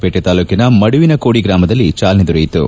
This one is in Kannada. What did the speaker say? ಪೇಟೆ ತಾಲೂಕಿನ ಮಡುವಿನಕೋಡಿ ಗ್ರಾಮದಲ್ಲಿ ಚಾಲನೆ ದೊರೆಯಿತು